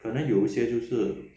可能有一些就是